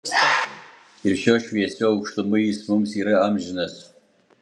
ir šiuo šviesiu aukštumu jis mums yra amžinas